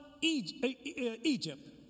Egypt